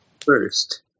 First